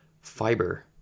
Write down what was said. fiber